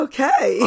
Okay